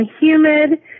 humid